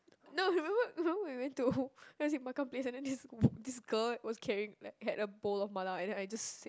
no I remember I remember when we went to what was it Makan-Place and then this this girl was carrying like a bowl of mala and then I just sit